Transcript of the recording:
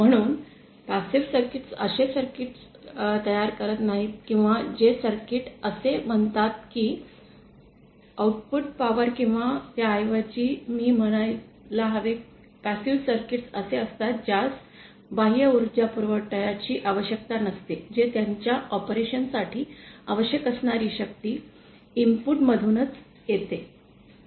म्हणून passive circuit असे circuit तयार करत नाहीत किंवा जे सर्किट असे म्हणतात की आउटपुट पॉवर किंवा त्याऐवजी मी म्हणायला हवे पैसिव सर्किट असे असतात ज्यास बाह्य उर्जा पुरवठ्याची आवश्यकता नसते जे त्यांच्या ऑपरेशन साठी आवश्यक असणारी शक्ती इनपुट मधूनच येत